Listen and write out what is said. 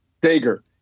Dagger